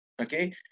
okay